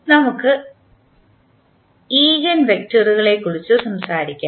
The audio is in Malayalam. ഇനി നമുക്ക് ഈഗൻ വെക്ടറുകളെക്കുറിച്ച് സംസാരിക്കാം